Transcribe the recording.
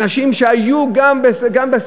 אנשים שהיו גם, גם,